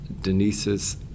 Denise's